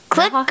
Click